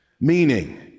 meaning